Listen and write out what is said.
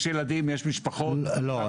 יש ילדים ויש משפחות --- לא,